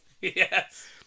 Yes